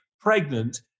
pregnant